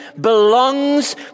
belongs